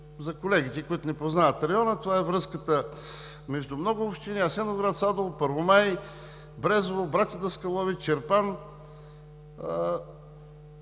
за колегите, които не познават района, че това е връзката между много общини – Асеновград, Садово, Първомай, Брезово, Братя Даскалови, Чирпан.